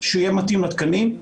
יהיה מתאים לתקנים.